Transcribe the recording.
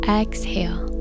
exhale